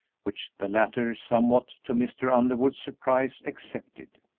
which the latter, somewhat to mr. underwood's surprise, accepted.